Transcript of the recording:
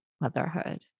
motherhood